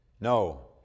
No